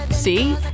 See